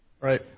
Right